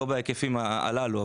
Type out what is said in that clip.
לא בהיקפים הללו.